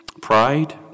pride